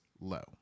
low